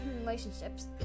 relationships